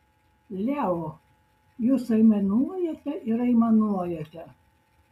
leo jūs aimanuojate ir aimanuojate